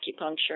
acupuncture